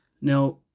Now